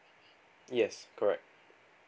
yes correct